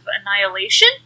Annihilation